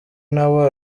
nawe